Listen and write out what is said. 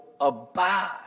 abide